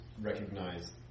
recognize